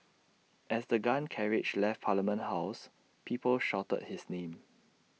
as the gun carriage left parliament house people shouted his name